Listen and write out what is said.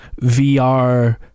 VR